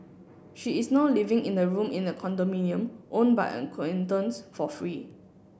she is now living in a room in a condominium owned by acquaintance for free